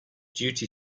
duty